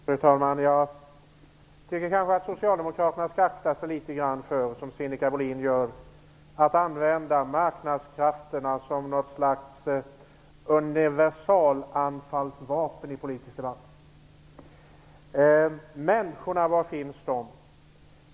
Fru talman! Jag tycker nog att socialdemokraterna skall akta sig litet grand för att, som Sinikka Bohlin gör, använda marknadskrafterna som något slags universalanfallsvapen i den politiska debatten. Människorna, var finns de?